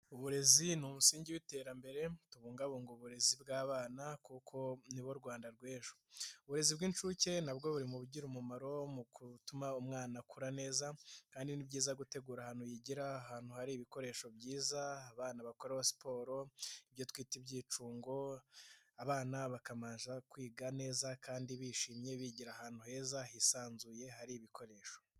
Uburezi ni umusingi w'iterambere, tubungabunga uburezi bw'abana kuko nibo Rwanda rwejo. Uburezi bw'inshuke nabwo buri mubugira umumaro mu gutuma umwana akura neza kandi ni byiza gutegura ahantu yigira. Ahantu hari ibikoresho byiza, abana bakora siporo ibyo twita ibyicungo. Abana bakabasha kwiga neza kandi bishimye bigira ahantu heza hisanzuye hari ibikoresho.